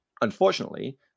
unfortunately